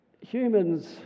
Humans